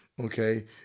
Okay